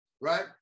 right